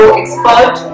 expert